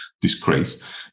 disgrace